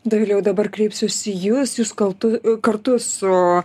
dovile o dabar kreipsiuosi į jus jūs kaltu kartu su